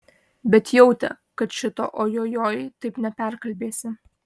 bet jautė kad šito ojojoi taip neperkalbėsi